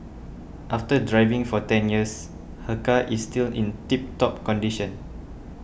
after driving for ten years her car is still in tip top condition